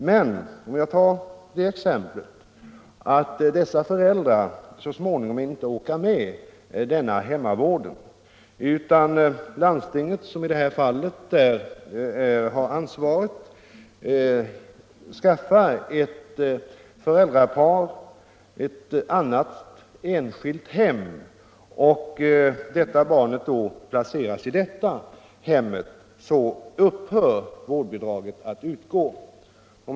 Men om föräldrarna så småningom inte orkar med denna hemmavård, utan landstinget — som i det här fallet har ansvaret — skaffar ett annat enskilt hem där barnet placeras, upphör vårdbidraget att utgå.